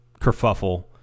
kerfuffle